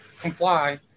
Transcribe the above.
comply